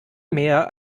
mehr